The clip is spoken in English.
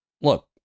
look